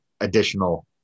additional